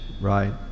right